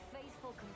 faithful